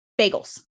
bagels